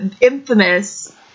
infamous